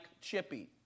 Chippy